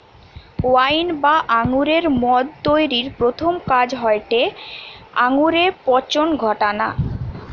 wine বা আঙুরের মদ তৈরির প্রথম কাজ হয়টে আঙুরে পচন ঘটানা